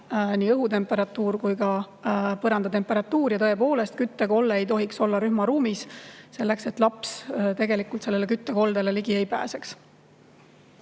õhutemperatuur ja ka põranda temperatuur. Ja tõepoolest, küttekolle ei tohiks olla rühmaruumis põhjusel, et laps sellele küttekoldele ligi ei pääseks.